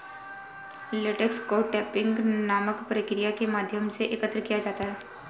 latex को tapping नामक प्रक्रिया के माध्यम से एकत्र किया जाता है